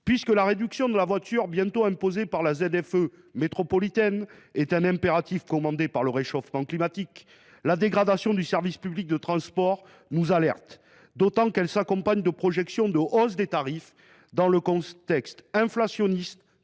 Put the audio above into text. mise en place de la zone à faibles émissions (ZFE) métropolitaine, est un impératif commandé par le réchauffement climatique, la dégradation du service public de transports publics nous alerte, d’autant qu’elle s’accompagne de projections de hausse des tarifs dans le contexte inflationniste